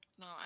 No